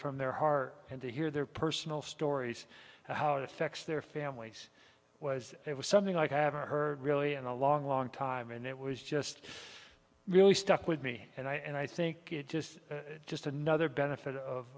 from their heart and to hear their personal stories how it affects their families was it was something i have heard really in a long long time and it was just really stuck with me and i think it just it just another benefit